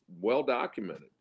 well-documented